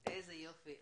איזה יופי.